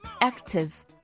Active